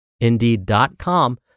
indeed.com